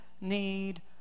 need